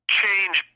change